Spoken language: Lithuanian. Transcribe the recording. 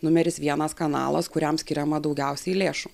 numeris vienas kanalas kuriam skiriama daugiausiai lėšų